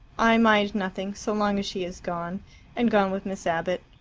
i mind nothing, so long as she has gone and gone with miss abbott.